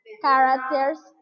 characters